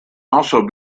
also